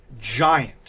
giant